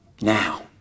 now